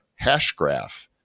Hashgraph